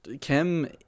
kim